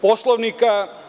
Poslovnika.